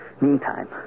Meantime